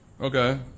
Okay